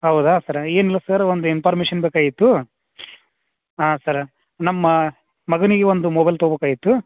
ಹೌದಾ ಸರ್ ಏನಿಲ್ಲ ಸರ್ ಒಂದು ಇನ್ಫಾರ್ಮೇಷನ್ ಬೇಕಾಗಿತ್ತು ಹಾಂ ಸರ ನಮ್ಮ ಮಗನಿಗೆ ಒಂದು ಮೊಬೈಲ್ ತೋಬೇಕಾಯಿತ್ತು